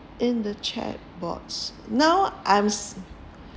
in the chat bots now I'm seeing